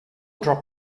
drop